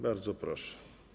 Bardzo proszę.